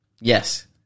Yes